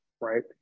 right